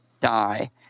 die